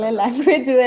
language